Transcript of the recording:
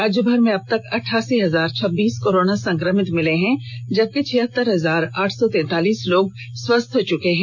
राज्यभर में अबतक अठठासी हजार छब्बीस कोरोना संक्रमित मिले हैं जबकि छिहतर हजार आठ सौ तैंतालीस लोग स्वस्थ हो चुके हैं